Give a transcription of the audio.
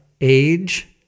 age